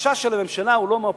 החשש של הממשלה הוא לא מהאופוזיציה,